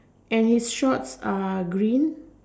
and his shorts are green